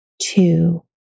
two